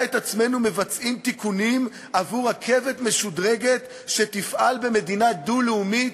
את עצמנו מבצעים תיקונים עבור רכבת משודרגת שתפעל במדינה דו-לאומית,